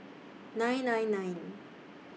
nine nine nine